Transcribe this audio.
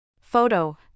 Photo